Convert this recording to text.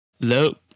Nope